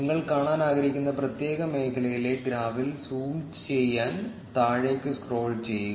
നിങ്ങൾ കാണാൻ ആഗ്രഹിക്കുന്ന പ്രത്യേക മേഖലയിലെ ഗ്രാഫിൽ സൂം ചെയ്യാൻ താഴേക്ക് സ്ക്രോൾ ചെയ്യുക